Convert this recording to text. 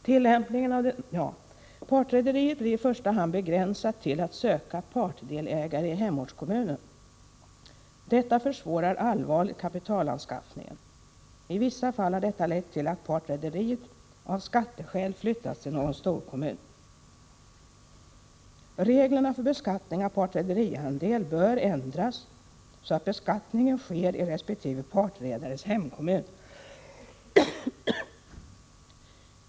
Partrederiet blir i första hand begränsat till att söka partdelägare i hemortskommunen. Detta försvårar allvarligt kapitalanskaffningen. I vissa fall har detta lett till att partrederiet av skatteskäl flyttats till någon storkommun. Reglerna för beskattning av partrederiandel bör ändras så att beskattningen sker i respektive partredares hemkommun.